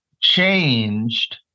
changed